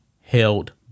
held